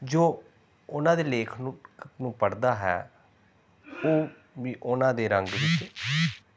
ਜੋ ਉਹਨਾਂ ਦੇ ਲੇਖ ਨੂੰ ਨੂੰ ਪੜ੍ਹਦਾ ਹੈ ਉਹ ਵੀ ਉਹਨਾਂ ਦੇ ਰੰਗ